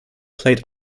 played